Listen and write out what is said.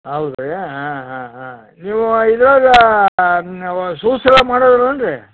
ಹೌದಾ ರೀ ಹಾಂ ಹಾಂ ಹಾಂ ನೀವು ಇದ್ರಾಗೆ ಓ ಸುಸ್ಲಾ ಮಾಡೊದಿಲ್ಲೆನು ರೀ